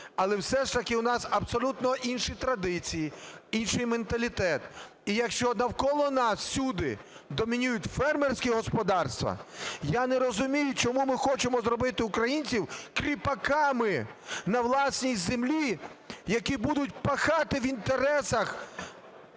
Але все ж таки у нас абсолютно інші традиції, інший менталітет. І якщо навколо нас всюди домінують фермерські господарства, я не розумію, чому ми хочемо зробити українців кріпаками на власній землі, які будуть пахати в інтересах